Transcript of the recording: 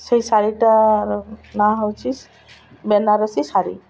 ସେଇ ଶାଢ଼ୀଟାର ନାଁ ହେଉଛି ବେନାରସୀ ଶାଢ଼ୀ